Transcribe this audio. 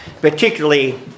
particularly